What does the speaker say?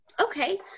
Okay